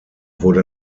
wurde